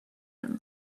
him